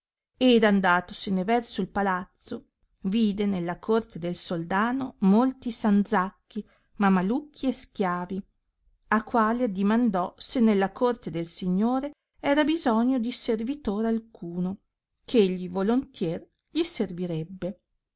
ed andatosene verso il palazzo vide nella corte del soldano molti sanzacchi mamalucchi e schiavi a quali addimandò se nella corte del signore era bisogno di servitor alcuno eh egli volontier gli servirebbe